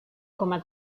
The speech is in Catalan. coma